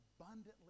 abundantly